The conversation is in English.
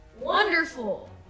Wonderful